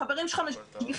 חברים שלך משגיחים,